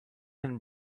and